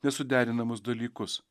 nesuderinamus dalykus